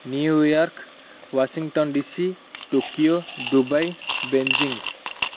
New York Washington DC Tokyo Dubai Beijing